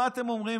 מה אתם אומרים,